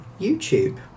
YouTube